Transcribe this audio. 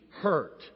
hurt